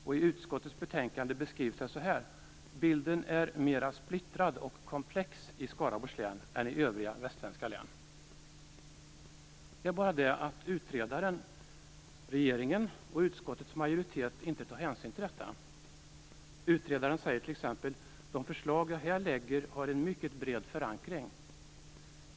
I utskottets betänkande beskrivs det så att bilden är "mera splittrad och komplex" i Skaraborgs län än i övriga västsvenska län. Det är bara det att utredaren, regeringen och utskottets majoritet inte tar hänsyn till detta. Utredaren säger t.ex.: "De förslag jag här lägger har en mycket bred förankring."